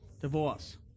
Divorce